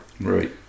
Right